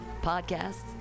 Podcasts